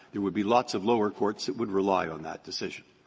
there would be lots of lower courts that would rely on that decision.